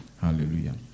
Hallelujah